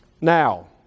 Now